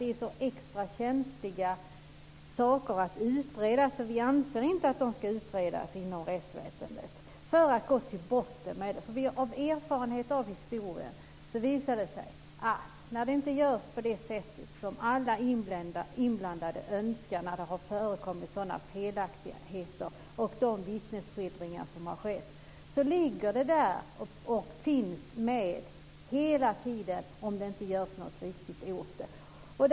Det är så extra känsliga saker att utreda att vi anser att de inte ska utredas inom rättsväsendet. Erfarenheten och historien visar att när utredningar inte sker på det sätt som alla inblandade önskar utan felaktigheter sker, finns det med hela tiden om man inte gör något riktigt åt det.